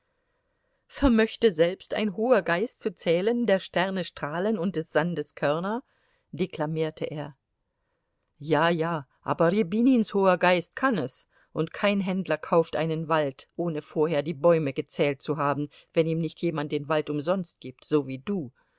vermöchte selbst ein hoher geist zu zählen der sterne strahlen und des sandes körner deklamierte er ja ja aber rjabinins hoher geist kann es und kein händler kauft einen wald ohne vorher die bäume gezählt zu haben wenn ihm nicht jemand den wald umsonst gibt so wie du